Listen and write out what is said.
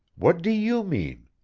what do you mean?